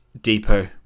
Depot